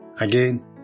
Again